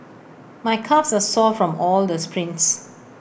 my calves are sore from all the sprints